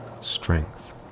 strength